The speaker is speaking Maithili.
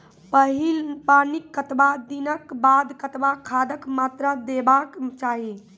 पहिल पानिक कतबा दिनऽक बाद कतबा खादक मात्रा देबाक चाही?